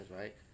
right